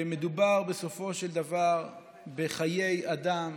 מדובר בסופו של דבר בחיי אדם.